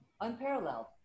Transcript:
unparalleled